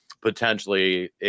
potentially